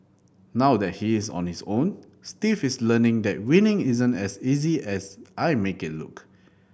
now that he is on his own Steve is learning that winning isn't as easy as I make it look